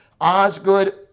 Osgood